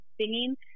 singing